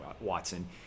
Watson